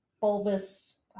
bulbous